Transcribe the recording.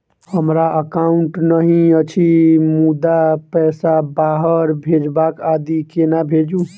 हमरा एकाउन्ट नहि अछि मुदा पैसा बाहर भेजबाक आदि केना भेजू?